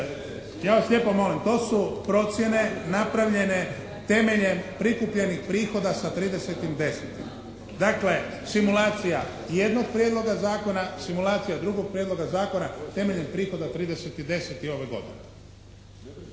ja vas lijepo molim, to su procjene napravljene temeljem prikupljenih prihoda sa 30.10. Dakle, simulacija jednog prijedloga zakona, simulacija drugog prijedloga zakona temeljem prihoda 30.10. ove godine.